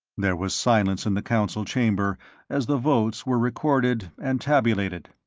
there was silence in the council chamber as the votes were recorded and tabulated.